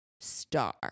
star